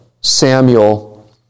Samuel